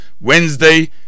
Wednesday